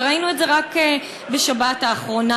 וראינו את זה רק בשבת האחרונה.